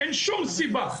אין שום סיבה.